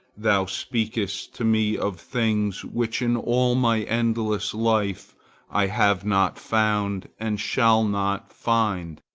thou speakest to me of things which in all my endless life i have not found, and shall not find.